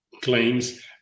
claims